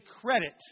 credit